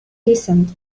listened